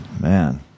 man